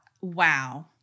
wow